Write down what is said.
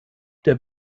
der